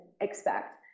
expect